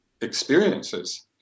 experiences